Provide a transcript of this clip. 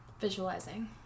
Visualizing